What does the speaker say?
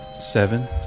Seven